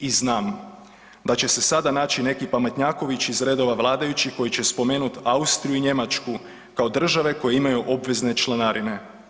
I znam da će se sada naći neki pametnjaković iz redova vladajućih koji će spomenuti Austriju i Njemačku kao države koje imaju obvezne članarine.